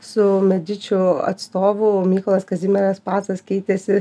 su medičiu atstovų mykolas kazimieras pacas keitėsi